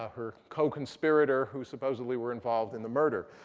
ah her co-conspirator who supposedly were involved in the murder.